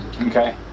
Okay